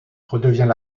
redevient